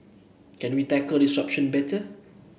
can we tackle disruption better